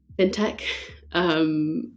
fintech